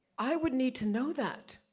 i would need to know that,